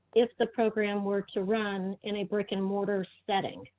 if the program were to run in a brick and mortar setting.